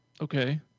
Okay